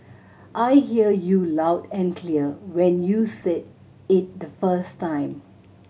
I hear you loud and clear when you said it the first time